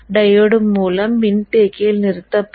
diode மூலம் மின்தேக்கியில் நிறுத்தப்படும்